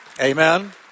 Amen